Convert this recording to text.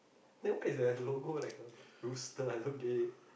then why is the logo like a rooster I don't get it